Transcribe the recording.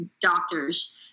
doctors